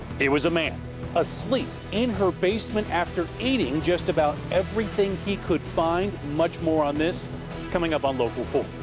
it was, how man asleep in her basement after eating just about everything he could find. much more on this coming up on local four.